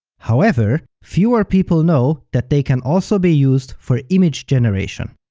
however, fewer people know that they can also be used for image generation.